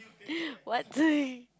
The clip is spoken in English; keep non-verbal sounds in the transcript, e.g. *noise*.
*breath* what